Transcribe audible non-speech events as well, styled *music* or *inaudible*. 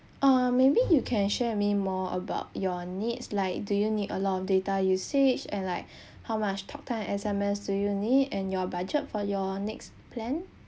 uh maybe you can share with me more about your needs like do you need a lot of data usage and like *breath* how much talk time S_M_S do you need and your budget for your next plan